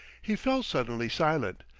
he fell suddenly silent,